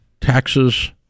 Taxes